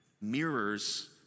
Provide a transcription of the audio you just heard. mirrors